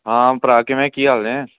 ਹਾਂ ਭਰਾ ਕਿਵੇਂ ਕੀ ਹਾਲ ਨੇ